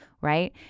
right